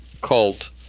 cult